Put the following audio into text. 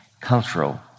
cultural